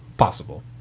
Possible